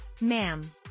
Ma'am